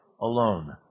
alone